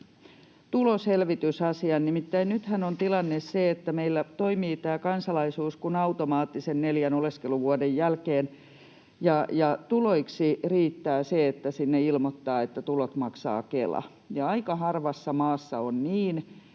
tuloselvitysasian. Nimittäin nythän on tilanne se, että meillä toimii tämä kansalaisuus kuin automaatti sen neljän oleskeluvuoden jälkeen ja tuloiksi riittää se, että sinne ilmoittaa, että tulot maksaa Kela. Aika harvassa maassa on niin,